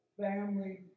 family